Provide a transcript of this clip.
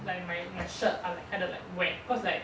like my my shirt are like kinda like wet cause like